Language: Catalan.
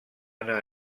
anar